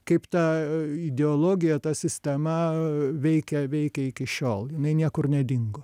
kaip ta ideologija ta sistema veikia veikia iki šiol jinai niekur nedingo